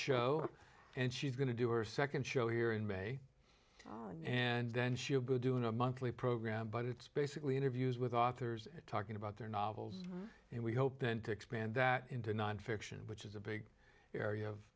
show and she's going to do or second show here in may and then she a good doing a monthly program but it's basically interviews with authors talking about their novels and we hope then to expand that into nonfiction which is a big area